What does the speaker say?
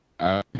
Okay